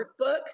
workbook